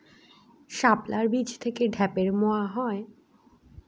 শাপলার বীজ থেকে ঢ্যাপের মোয়া হয়?